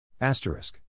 Asterisk